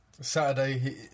Saturday